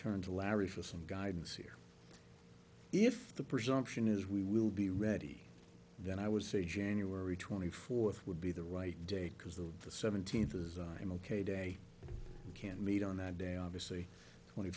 turn to larry for some guidance here if the presumption is we will be ready then i would say january twenty fourth would be the right date because the seventeenth as i'm ok day you can't meet on that day obviously twenty